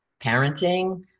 parenting